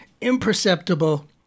imperceptible